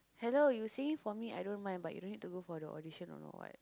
hello you singing for me I don't mind but you don't need to go for the audition don't know what